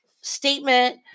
statement